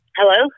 Hello